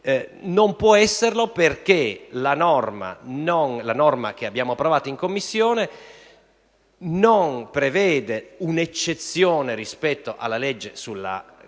Non può esserlo, perché la norma che abbiamo approvato in Commissione non prevede un'eccezione rispetto alla legge sulla